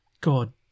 God